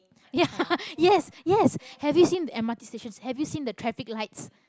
ya yes yes have you seen the m_r_t stations have you seen the traffic lights